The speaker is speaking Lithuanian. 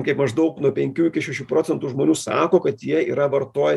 kaip maždaug nuo penkių iki šešių procentų žmonių sako kad jie yra vartoję